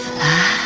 Fly